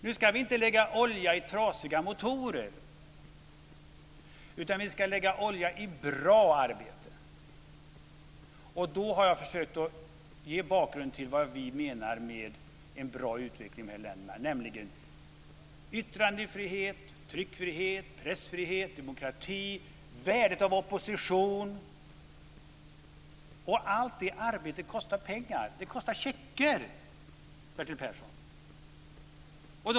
Nu ska vi inte lägga olja i trasiga motorer, utan vi ska lägga olja i bra arbete. Jag har försökt att ge bakgrunden till vad vi menar med en bra utveckling i de här länderna, nämligen yttrandefrihet, tryckfrihet, pressfrihet, demokrati och att man inser värdet av opposition. Allt detta arbete kostar pengar. Det kostar checkar, Bertil Persson!